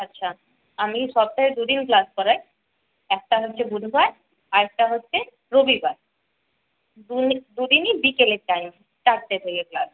আচ্ছা আমি সপ্তাহে দুদিন ক্লাস করাই একটা হচ্ছে বুধবার আরেকটা হচ্ছে রবিবার দু দুদিনই বিকেলের টাইম চারটে থেকে ক্লাস